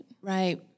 Right